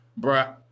bruh